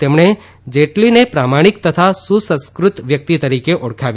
તેમણે જેટલીને પ્રામાણીક તથા સુસસ્કૃત વ્યક્તિ તરીકે ઓળખાવ્યા છે